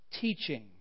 teaching